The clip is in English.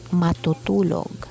matutulog